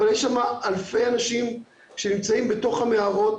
אבל יש שם אלפי אנשים שנמצאים בתוך המערות